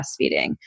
breastfeeding